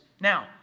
Now